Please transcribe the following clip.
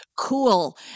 cool